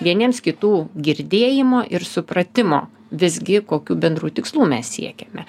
vieniems kitų girdėjimo ir supratimo visgi kokių bendrų tikslų mes siekiame